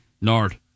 Nard